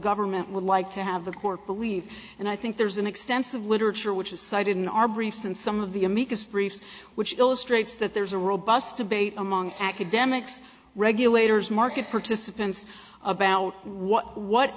government would like to have the court believe and i think there's an extensive literature which is cited in our briefs and some of the amicus briefs which illustrates that there's a robust debate among academics regulators market participants about what what